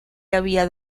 había